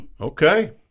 Okay